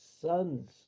sons